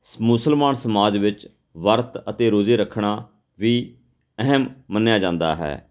ਮੁਸਲਮਾਨ ਸਮਾਜ ਵਿੱਚ ਵਰਤ ਅਤੇ ਰੋਜ਼ੇ ਰੱਖਣਾ ਵੀ ਅਹਿਮ ਮੰਨਿਆ ਜਾਂਦਾ ਹੈ